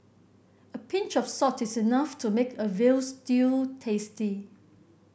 a pinch of salt is enough to make a veal stew tasty